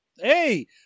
Hey